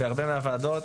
בהרבה מהוועדות,